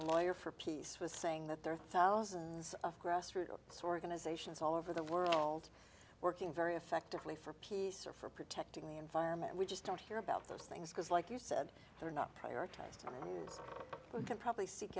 of lawyer for peace was saying that there are thousands of grassroots organizations all over the world working very effectively for peace or for protecting the environment we just don't hear about those things because like you said they're not prioritized probably seek